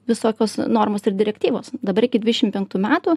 visokios normos ir direktyvos dabar iki dvidešim penktų metų